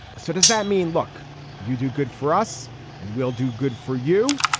so does that mean look you do good for us and we'll do good for you.